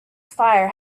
fire